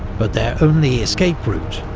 but their only escape route,